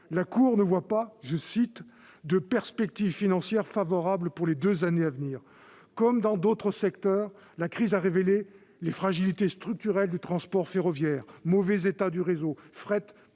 la Cour ne voit pas « de perspectives financières favorables pour les deux années à venir ». Comme dans d'autres secteurs, la crise a révélé les fragilités structurelles du transport ferroviaire : mauvais état du réseau, fret